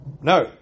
No